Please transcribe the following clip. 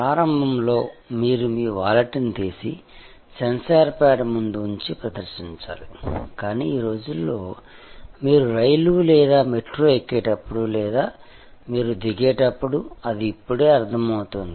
ప్రారంభంలో మీరు మీ వాలెట్ని తీసి సెన్సార్ ప్యాడ్ ముందు ప్రదర్శించాలి కానీ ఈ రోజుల్లో మీరు రైలు లేదా మెట్రో ఎక్కేటప్పుడు లేదా మీరు దిగేటప్పుడు అది ఇప్పుడే అర్థమవుతుంది